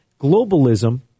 globalism